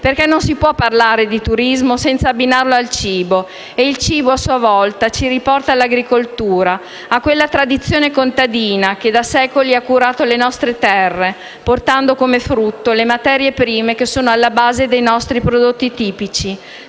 perché non si può di esso parlare senza abbinarlo al cibo, il quale a sua volta ci riporta all'agricoltura, a quella tradizione contadina che da secoli ha curato le nostre terre, portando come frutto le materie prime che sono alla base dei nostri prodotti tipici,